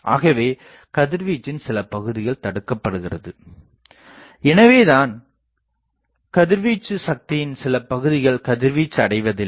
ஆகவே கதிர்வீச்சின் சில பகுதிகள் தடுக்கப்படுகிறது எனவேதான் கதிர்வீச்சு சக்தியின் சிலபகுதிகள் கதிர்வீச்சு அடைவதில்லை